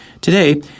Today